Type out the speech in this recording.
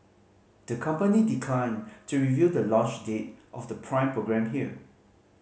the company declined to reveal the launch date of the Prime programme here